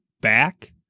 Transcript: back